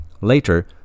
Later